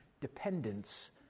dependence